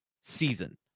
season